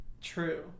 True